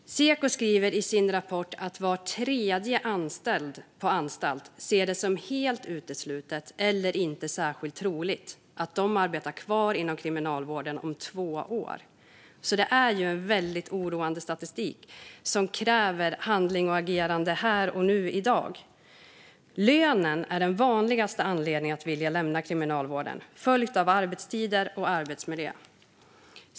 Seko skriver i sin rapport att var tredje anställd på anstalt ser det som helt uteslutet eller inte särskilt troligt att man arbetar kvar inom Kriminalvården om två år. Detta är väldigt oroande statistik som kräver handling här och nu, i dag. Lönen är den vanligaste anledningen att vilja lämna Kriminalvården, följt av arbetstider och arbetsmiljö.